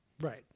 Right